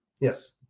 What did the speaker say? Yes